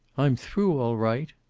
i'm through, all right.